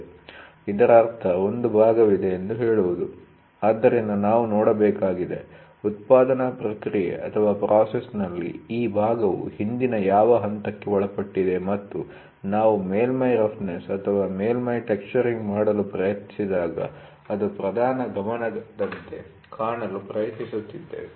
ಇದರ ಅರ್ಥ ಒಂದು ಭಾಗವಿದೆ ಎಂದು ಹೇಳುವುದು ಆದ್ದರಿಂದ ನಾವು ನೋಡಬೇಕಾಗಿದೆ ಉತ್ಪಾದನಾ ಪ್ರಕ್ರಿಯೆಪ್ರಾಸೆಸ್'ನಲ್ಲಿ ಈ ಭಾಗವು ಹಿಂದಿನ ಯಾವ ಹಂತಕ್ಕೆ ಒಳಪಟ್ಟಿದೆ ಮತ್ತು ನಾವು ಮೇಲ್ಮೈ ರಫ್ನೆಸ್ ಅಥವಾ ಮೇಲ್ಮೈ ಟೆಕ್ಸ್ಚರಿಂಗ್ ಮಾಡಲು ಪ್ರಯತ್ನಿಸಿದಾಗ ಅದು ಪ್ರಧಾನ ಗಮನದಂತೆ ಕಾಣಲು ಪ್ರಯತ್ನಿಸುತ್ತೇವೆ